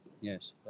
Yes